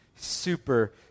super